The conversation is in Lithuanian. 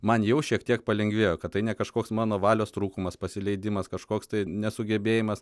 man jau šiek tiek palengvėjo kad tai ne kažkoks mano valios trūkumas pasileidimas kažkoks tai nesugebėjimas